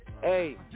Hey